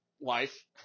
Life